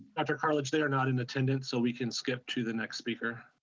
dr. cartlidge, they are not in attendance, so we can skip to the next speaker.